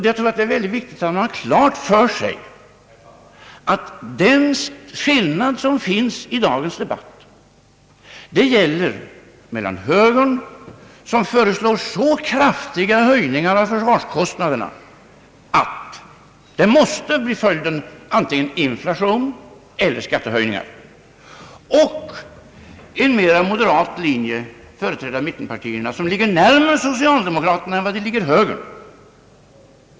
Jag tror att det är mycket viktigt att man har klart för sig att den skillnad som råder i dagens debatt gäller mellan högerns förslag, som innebär två kraftiga höjningar av försvarskostnaderna — följden av detta måste bli antingen inflation eller skattehöjningar — och en mera moderat linje, företrädd av mittenpartierna, som ligger närmare socialdemokraternas förslag än högerns förslag.